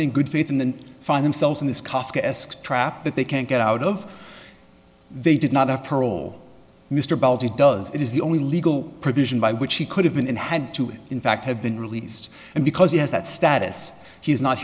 in in good faith and then find themselves in this kafkaesque trap that they can't get out of they did not have parole mr does it is the only legal provision by which he could have been had to in fact have been released and because he has that status he is not